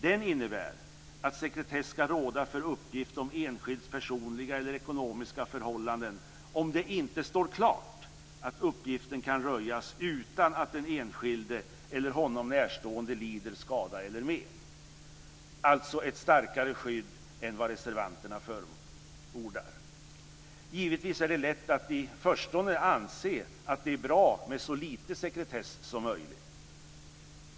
Denna innebär att sekretess ska råda för uppgift om enskilds personliga eller ekonomiska förhållanden om det inte står klart att uppgiften kan röjas utan att den enskilde eller honom närstående lider skada eller men. Det är alltså ett starkare skydd än vad reservanterna förordar. Givetvis är det lätt att i förstone anse att det är bra med så lite sekretess som möjligt.